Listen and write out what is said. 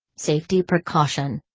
safety precaution.